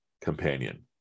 companion